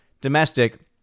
domestic